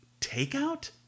takeout